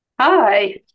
Hi